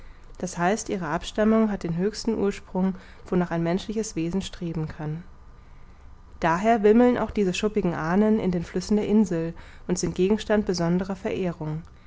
d h ihre abstammung hat den höchsten ursprung wonach ein menschliches wesen streben kann daher wimmeln auch diese schuppigen ahnen in den flüssen der insel und sind gegenstand besonderer verehrung